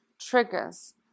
triggers